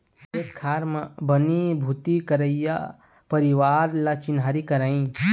खेत खार म बनी भूथी करइया परवार ल चिन्हारी करई